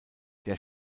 der